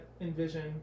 envision